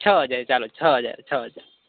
છ હજારથી ચાલુ છ હજાર છ હજાર